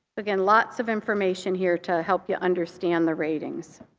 again, lots of information here to help you understand the ratings.